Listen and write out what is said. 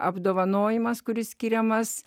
apdovanojimas kuris skiriamas